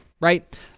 Right